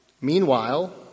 Meanwhile